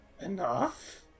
enough